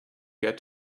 get